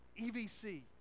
EVC